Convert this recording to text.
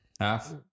Half